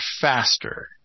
faster